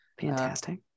Fantastic